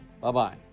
Bye-bye